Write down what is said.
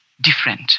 different